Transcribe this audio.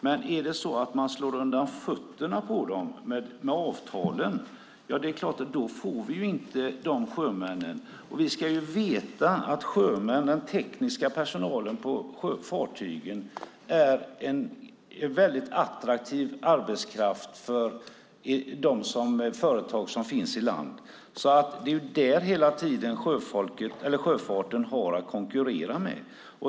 Men är det så att man slår undan fötterna på dem med avtalen är det klart att vi inte får några sjömän. Vi ska veta att sjömännen, den tekniska personalen på fartygen, är en väldigt attraktiv arbetskraft för de företag som finns i land. Det är dem sjöfarten hela tiden har att konkurrera med.